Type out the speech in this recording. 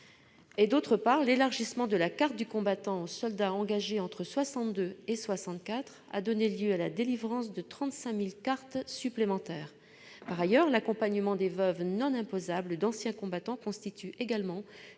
D'autre part, l'élargissement de la carte du combattant aux soldats engagés entre 1962 et 1964 a donné lieu à la délivrance de 35 000 cartes supplémentaires. Par ailleurs, l'accompagnement des veuves non imposables d'anciens combattants constitue également